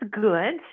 good